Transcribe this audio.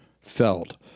felt